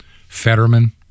Fetterman